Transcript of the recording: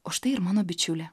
o štai ir mano bičiulė